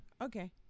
okay